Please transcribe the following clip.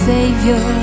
Savior